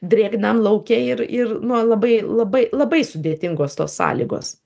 drėgnam lauke ir ir nuo labai labai labai sudėtingos tos sąlygos